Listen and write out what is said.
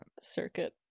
Circuit